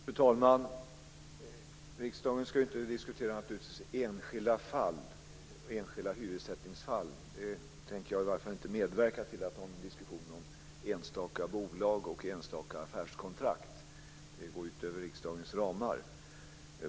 Fru talman! Riksdagen ska naturligtvis inte diskutera enskilda hyressättningsfall. Jag tänker i varje fall inte medverka till någon diskussion om enstaka bolag och enstaka affärskontrakt. Det går utöver riksdagens ramar.